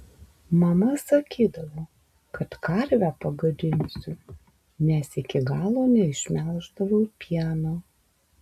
mama sakydavo kad karvę pagadinsiu nes iki galo neišmelždavau pieno